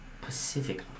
Pacific